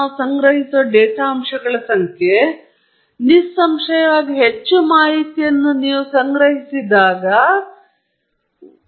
ನಾನು ಹೇಳಿದಂತೆ ನಾವು ಎಲ್ಲಾ ಅಂಶಗಳನ್ನು ಪರಿಗಣಿಸಿ ಪ್ರಯೋಗಗಳನ್ನು ನಡೆಸಬೇಕು ಸಾಧ್ಯವಾದಷ್ಟು ತೊಂದರೆಗಳ ಮೂಲಗಳನ್ನು ನಿಗ್ರಹಿಸುವುದು ಶಬ್ದದ ಮಟ್ಟವನ್ನು ಮಿತಿಗೊಳಿಸುವಂತಹ ಉತ್ತಮವಾದ ಉಪಕರಣವನ್ನು ಆಯ್ಕೆ ಮಾಡುವುದು